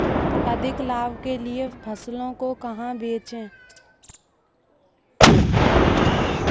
अधिक लाभ के लिए फसलों को कहाँ बेचें?